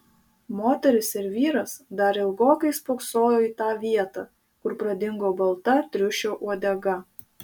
moteris ir vyras dar ilgokai spoksojo į tą vietą kur pradingo balta triušio uodega